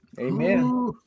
amen